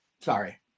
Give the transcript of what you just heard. Sorry